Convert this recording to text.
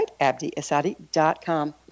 abdiasadi.com